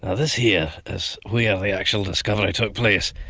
ah this here is where the actual discovery took place.